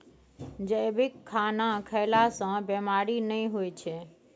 जैविक खाना खएला सँ बेमारी नहि होइ छै